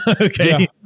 Okay